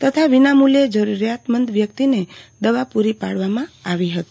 તથા વિનામુલ્યે જરૂરીયાતમંદ વ્યક્તિને દવા પુરી પાડવામાં આવી હ્તી